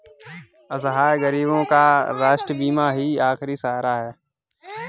असहाय गरीबों का राष्ट्रीय बीमा ही आखिरी सहारा है